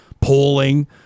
polling